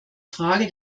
frage